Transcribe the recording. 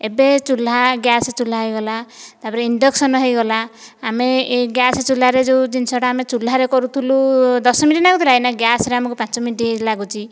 ଏବେ ଚୁଲା ଗ୍ୟାସ ଚୁଲା ହୋଇଗଲା ତାପରେ ଇଣ୍ଡକ୍ସନ୍ ହୋଇଗଲା ଆମେ ଏଇ ଗ୍ୟାସ୍ ଚୁଲାରେ ଯେଉଁ ଜିନିଷଟା ଆମେ ଚୁଲାରେ କରୁଥିଲୁ ଦଶ ମିନିଟ୍ ଲାଗୁଥିଲା ଏଇନା ଗ୍ୟାସ୍ରେ ଆମକୁ ପାଞ୍ଚ ମିନିଟ୍ ଲାଗୁଛି